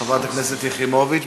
חברת הכנסת יחימוביץ,